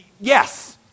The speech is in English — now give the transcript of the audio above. yes